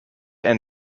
and